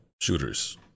shooters